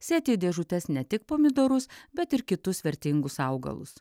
sėti dėžutes ne tik pomidorus bet ir kitus vertingus augalus